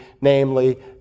namely